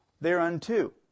thereunto